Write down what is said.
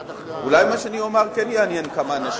רגע, שנייה, מה שאני אומר יעניין אותך,